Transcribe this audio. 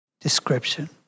description